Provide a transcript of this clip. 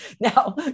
now